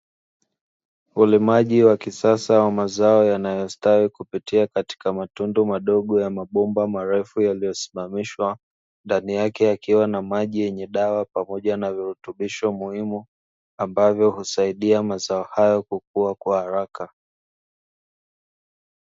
Ulimaji wa kisasa wa mazao yanayostawi kupitia katika matundu madogo ya mabomba marefu yaliyosimamishwa, ndani yake yakiwa na maji yenye dawa pamoja na virutubisho muhimu, ambavyo husaidia mazao haya kukua kwa haraka.